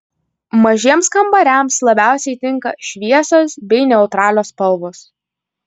mažiems kambariams labiausiai tinka šviesios bei neutralios spalvos